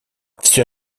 всё